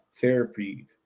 therapy